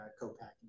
co-packing